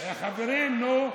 חברים, נו.